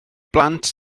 blant